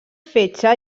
fetge